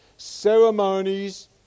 ceremonies